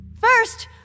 First